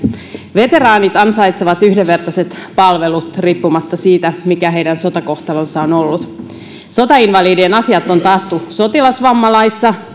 veteraanit ansaitsevat yhdenvertaiset palvelut riippumatta siitä mikä heidän sotakohtalonsa on ollut sotainvalidien asiat on taattu sotilasvammalaissa